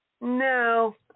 No